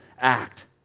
act